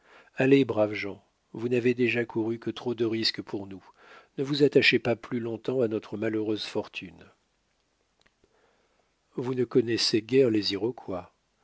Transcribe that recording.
allez braves gens vous n'avez déjà couru que trop de risques pour nous ne vous attachez pas plus longtemps à notre malheureuse fortune vous ne connaissez guère